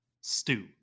stew